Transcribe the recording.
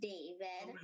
David